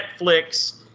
Netflix